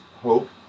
hope